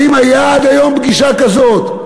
האם הייתה עד היום פגישה כזאת?